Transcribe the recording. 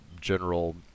general